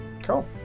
Cool